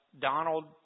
Donald